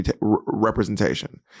representation